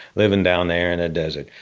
living down there in a desert.